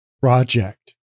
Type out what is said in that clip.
project